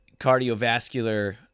cardiovascular